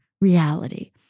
reality